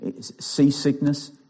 seasickness